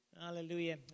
Hallelujah